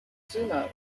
sumo